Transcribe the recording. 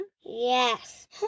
Yes